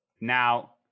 Now